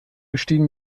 bestehen